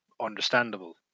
understandable